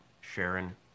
Sharon